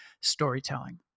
storytelling